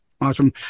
awesome